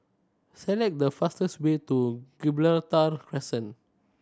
select the fastest way to Gibraltar Crescent